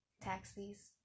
taxis